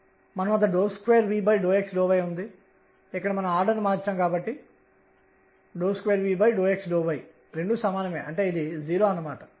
మొత్తం కోణీయ ద్రవ్యవేగం యొక్క మగ్నిట్యూడ్ పరిమాణం L అనేది nn అవుతుంది